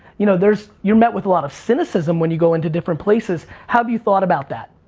you know, there's, you're met with a lot of cynicism when you go into different places. have you thought about that?